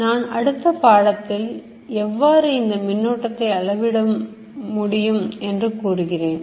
நான் அடுத்த பாடத்தில் எவ்வாறு இந்த மின்னோட்டத்தை அளவிடுவது எனக் கூறுகிறேன்